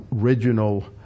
original